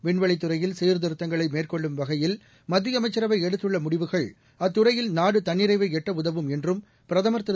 விண்வெளித் துறையில் சீர்திருத்தங்களை மேற்கொள்ளும் வகையில் மத்திய அமைச்சரவை எடுத்துள்ள முடிவுகள் அத்துறையில் நாடு தன்னிறைவை எட்ட உதவும் என்றும் பிரதமர் திரு